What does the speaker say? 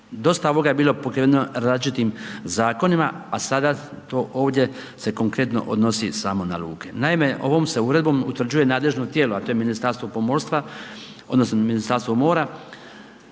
Dosta ovoga je bilo pokriveno različitim zakonima, a sada ovdje se konkretno odnosi samo na luke. Naime, ovom se uredbom utvrđuje nadležno tijelo, a to je Ministarstvo pomorstva odnosno Ministarstvo mora,